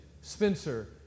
Spencer